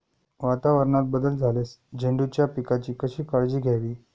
वातावरणात बदल झाल्यास झेंडूच्या पिकाची कशी काळजी घ्यावी?